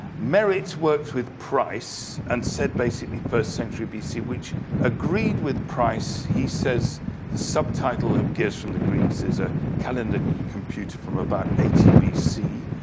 merritt's worked with price and said basically first century bc which agreed with price. he says the subtitle of gears from the greeks is a calendar computer from about eighty bc.